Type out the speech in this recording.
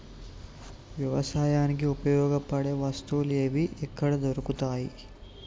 వ్యవసాయానికి ఉపయోగపడే వస్తువులు ఏవి ఎక్కడ దొరుకుతాయి?